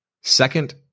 second